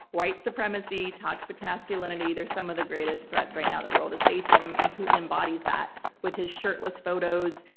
white supremacy, toxic masculinity, they're some of the greatest threats right now the world is facing, and and putin embodies that with his shirtless photos.